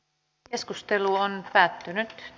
keskustelu päättyi